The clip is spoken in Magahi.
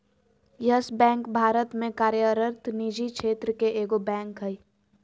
यस बैंक भारत में कार्यरत निजी क्षेत्र के एगो बैंक हइ